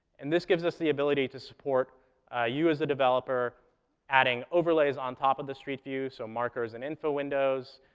and this gives us the ability to support you as the developer adding overlays on top of the street view, so markers and info windows,